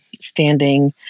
standing